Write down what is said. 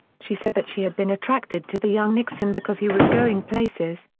she said that she had been attracted to the young nixon because he was going places,